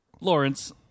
Lawrence